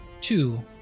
two